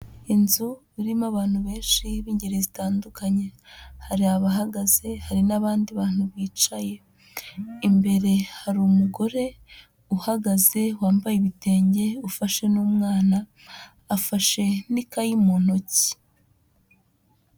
Inzu irimo abantu benshi b'ingeri zitandukanye, hari abahagaze, hari n'abandi bantu bicaye, imbere hari umugore uhagaze wambaye ibitenge ufashe n'umwana, afashe n'ikayi mu ntoki.